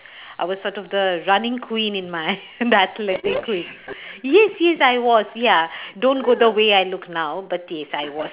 I was sort of the running queen in my the athletic queen yes yes I was ya don't go the way I look now but yes I was